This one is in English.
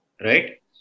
Right